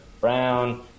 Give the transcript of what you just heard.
Brown